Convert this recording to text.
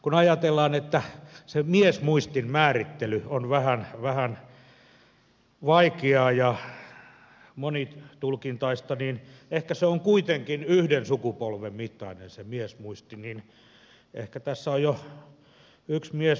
kun ajatellaan että se miesmuistin määrittely on vähän vaikeaa ja monitulkintaista niin ehkä on kuitenkin yhden sukupolven mittainen se miesmuisti niin että ehkä tässä on jo yksi miesmuisti mennyt